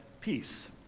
peace